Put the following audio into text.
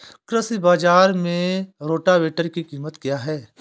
कृषि बाजार में रोटावेटर की कीमत क्या है?